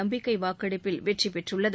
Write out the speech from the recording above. நம்பிக்கை வாக்கெடுப்பில் வெற்றி பெற்றுள்ளது